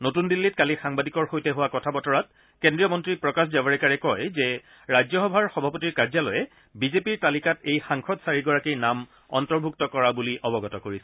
নতুন দিল্লীত কালি সাংবাদিকৰ সৈতে হোৱা কথা বতৰাত কেদ্ৰীয় মন্নী প্ৰকাশ জাৱাৰকাৰে কয় যে ৰাজ্যসভাৰ সভাপতিৰ কাৰ্যালয়ে বিজেপিৰ তালিকাত এই সাংসদ চাৰিগৰাকীৰ নাম অন্তৰ্ভুক্ত কৰা বুলি অৱগত কৰিছে